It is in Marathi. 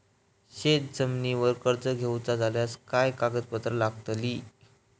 शेत जमिनीवर कर्ज घेऊचा झाल्यास काय कागदपत्र लागतली?